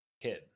Kid